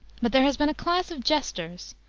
but there has been a class of jesters,